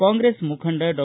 ಕಾಂಗ್ರೆಸ್ ಮುಖಂಡ ಡಾ